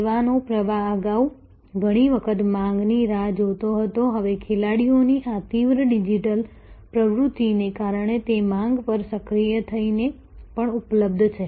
સેવાનો પ્રવાહ અગાઉ ઘણી વખત માંગની રાહ જોતો હતો હવે ખેલાડીઓની આ તીવ્ર ડિજિટલ પ્રવૃત્તિને કારણે તે માંગ પર સક્રિય થઈને પણ ઉપલબ્ધ છે